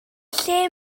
lle